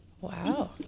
wow